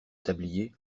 tablier